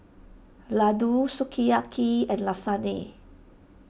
Ladoo Sukiyaki and Lasagne